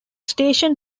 station